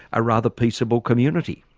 a rather peaceable community.